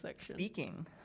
speaking